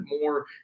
more